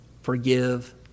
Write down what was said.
forgive